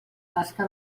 tasca